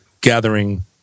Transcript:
gathering